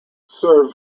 serve